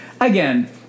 again